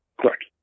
Correct